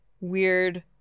weird